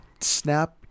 snap